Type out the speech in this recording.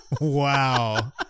wow